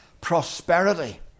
prosperity